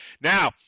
now